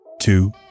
two